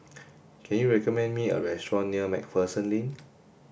can you recommend me a restaurant near MacPherson Lane